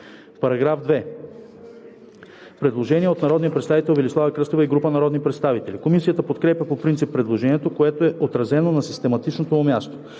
По § 2 има предложение от народния представител Велислава Кръстева и група народни представители. Комисията подкрепя по принцип предложението, което е отразено на систематичното му място.